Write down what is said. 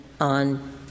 on